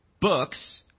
books